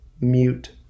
mute